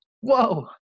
Whoa